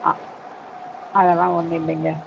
அதெல்லாம் ஒன்றும் இல்லைங்கே